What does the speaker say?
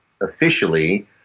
officially